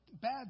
Bad